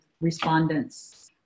respondents